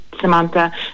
Samantha